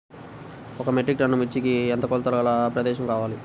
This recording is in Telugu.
ఒక మెట్రిక్ టన్ను మిర్చికి ఎంత కొలతగల ప్రదేశము కావాలీ?